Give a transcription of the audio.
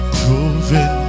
proven